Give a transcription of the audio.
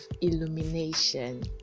illumination